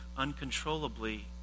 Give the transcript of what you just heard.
uncontrollably